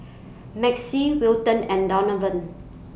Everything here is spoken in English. Maxie Wilton and Donavan